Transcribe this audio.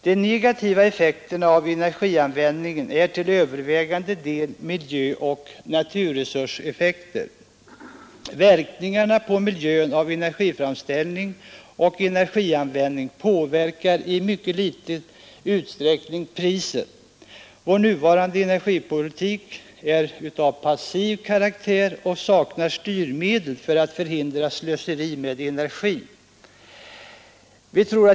De negativa effekterna av energianvändningen är till övervägande del miljöoch naturresurseffekter. Konsekvenserna för miljön av energiframställning och energianvändning påverkar i mycket liten utsträckning priset. Vår nuvarande energipolitik är av passiv karaktär och saknar styrmedel för att förhindra slöseri med energi.